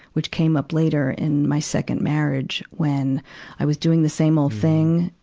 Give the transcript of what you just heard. which came up later in my second marriage when i was doing the same old thing,